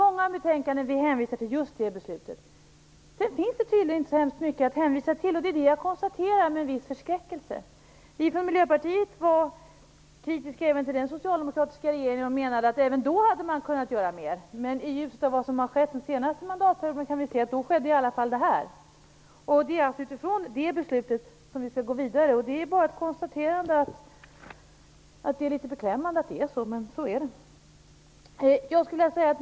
Sedan finns det tydligen inte så mycket att hänvisa till, och det är detta som jag konstaterar med en viss förskräckelse. Vi från Miljöpartiet var kritiska även till den förra socialdemokratiska regeringen och menade att även då hade man kunnat göra mera. Men i ljuset av vad som har skett under den senaste mandatperioden skedde i alla fall det här. Det är utifrån det beslutet som vi skall gå vidare. Det är litet beklämmande att det är så, men så är det.